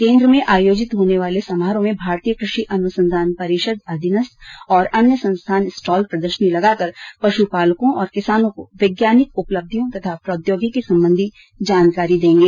केन्द्र में आयोजित होने वाले समारोह में भारतीय कृषि अनुसंधान परिषद अधीनस्थ और अन्य संस्थान स्टॉल प्रदर्शनी लगाकर पशुपालकों और ैकिसानों को वैज्ञानिक उपलब्धियों तथा प्रौद्योगिकी संबंधी जानकारी दी जाएगी